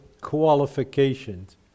qualifications